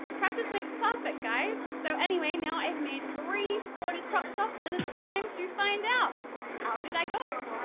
practise makes perfect, guys! so anyway, now i've made three sporty crop tops and it's time to find out how did i go?